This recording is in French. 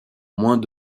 moins